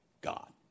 God